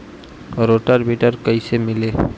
Rotor weeder कईसे मिले?